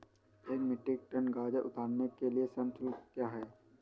एक metric tonne गाजर उतारने के लिए श्रम शुल्क क्या है?